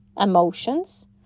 emotions